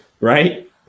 Right